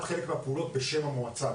אסביר,